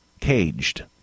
caged